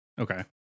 Okay